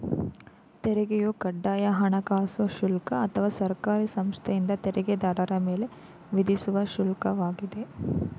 ತೆರಿಗೆಯು ಕಡ್ಡಾಯ ಹಣಕಾಸು ಶುಲ್ಕ ಅಥವಾ ಸರ್ಕಾರಿ ಸಂಸ್ಥೆಯಿಂದ ತೆರಿಗೆದಾರರ ಮೇಲೆ ವಿಧಿಸುವ ಶುಲ್ಕ ವಾಗಿದೆ